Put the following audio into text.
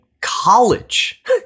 college